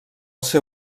ser